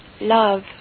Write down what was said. love